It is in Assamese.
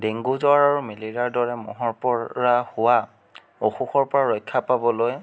ডেংগু জ্বৰ আৰু মেলেৰিয়াৰ দৰে ম'হৰপৰা হোৱা অসুখৰপৰা ৰক্ষা পাবলৈ